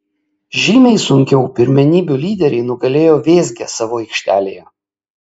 žymiai sunkiau pirmenybių lyderiai nugalėjo vėzgę savo aikštelėje